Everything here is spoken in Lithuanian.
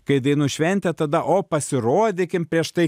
kai dainų šventė tada o pasirodykim prieš tai